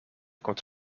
komt